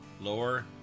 lower